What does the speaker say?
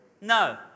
No